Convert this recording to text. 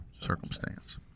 circumstance